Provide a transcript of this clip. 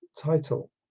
Title